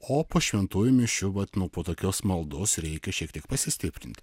o po šventųjų mišių vat nuo po tokios maldos reikia šiek tiek pasistiprint